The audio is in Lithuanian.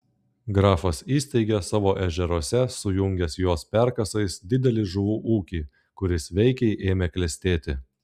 grafas įsteigė savo ežeruose sujungęs juos perkasais didelį žuvų ūkį kuris veikiai ėmė klestėti